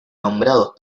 nombrados